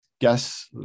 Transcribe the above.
guess